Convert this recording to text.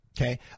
Okay